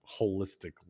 holistically